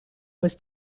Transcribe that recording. was